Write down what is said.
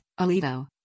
Alito